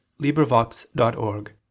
LibriVox.org